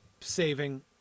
saving